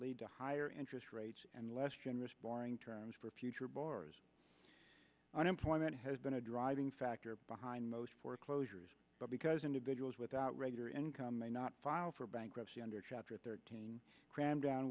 lead to higher interest rates and less generous boring terms for future boars unemployment has been a driving factor behind most foreclosures but because individuals without regular income may not file for bankruptcy under chapter thirteen cramdown